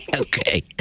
Okay